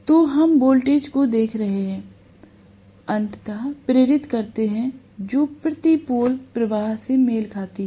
तो हम वोल्टेज को देख रहे हैं अंततः प्रेरित करते हैं जो प्रति पोल प्रवाह से मेल खाती है